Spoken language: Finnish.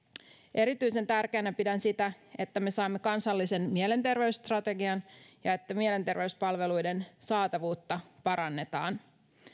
erityisen tärkeänä pidän sitä että me saamme kansallisen mielenterveysstrategian ja että mielenterveyspalveluiden saatavuutta parannetaan